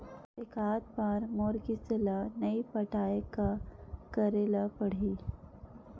एकात बार मोर किस्त ला नई पटाय का करे ला पड़ही?